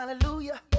Hallelujah